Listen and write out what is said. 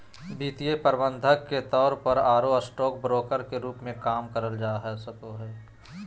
वित्तीय प्रबंधक के तौर पर आरो स्टॉक ब्रोकर के रूप मे काम करल जा सको हई